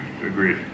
agreed